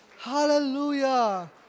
Hallelujah